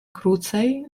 krócej